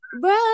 Bro